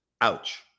Ouch